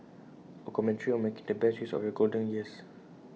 A commentary on making the best use of your golden years